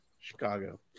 Chicago